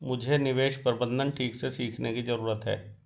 मुझे निवेश प्रबंधन ठीक से सीखने की जरूरत है